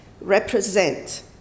represent